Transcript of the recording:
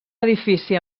edifici